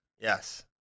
Yes